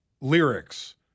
lyrics